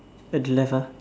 at the left ah